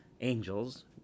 angels